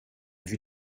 vue